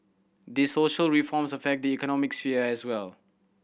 these social reforms affect the economic sphere as well